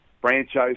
franchise